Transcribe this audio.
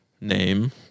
name